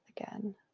again